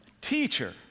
teacher